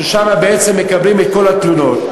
ששם בעצם מקבלים את כל התלונות,